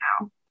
now